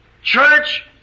Church